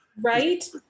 Right